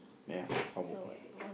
then how how about